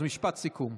אז משפט סיכום.